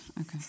Okay